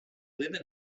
live